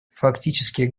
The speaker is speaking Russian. фактически